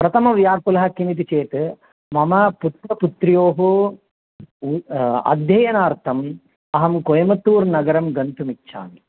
प्रथमव्याकुलः किमिति चेत् मम पुत्रपुत्र्योः अध्ययनार्थम् अहं कोयमत्तूर् नगरं गन्तुमिच्छामि